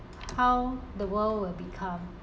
how the world will become